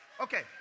Okay